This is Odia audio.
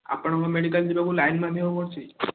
ଆପଣଙ୍କ ମେଡ଼ିକାଲ୍ ଯିବାକୁ ଲାଇନ୍ ବାନ୍ଧିବାକୁ ପଡ଼ୁଛି